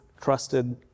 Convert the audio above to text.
trusted